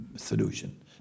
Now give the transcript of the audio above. solution